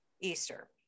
Easter